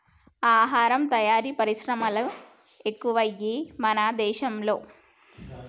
ఆహార తయారీ పరిశ్రమలు ఎక్కువయ్యాయి మన దేశం లో